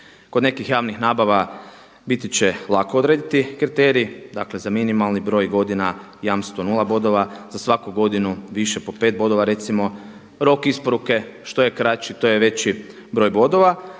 Kod nekih javnih nabava biti će lako odrediti kriterij, dakle za minimalni broj godina jamstvo nula bodova, za svaku godinu više po 5 bodova recimo. Rok isporuke što je kraći to je veći broj bodova,